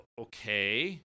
okay